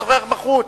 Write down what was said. ישוחח בחוץ.